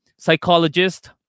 psychologist